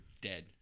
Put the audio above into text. dead